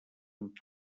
amb